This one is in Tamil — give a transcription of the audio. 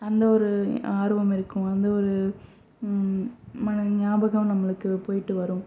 அந்த ஒரு ஆர்வம் இருக்கும் அந்த ஒரு மன நியாபகம் நம்மளுக்கு போயிட்டு வரும்